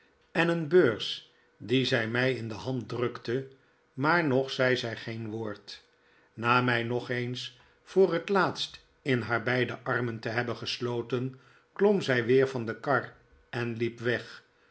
en een beurs die zij mij in de hand drukte maar nog zei zij geen woord na mij nog eens voor het laatst in haar beide armen te hebben gesloten klom zij weer van de kar en liep weg